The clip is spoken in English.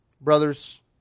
brothers